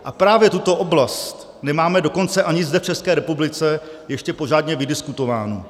A právě tuto oblast nemáme dokonce ani zde v České republice ještě pořádně vydiskutovánu.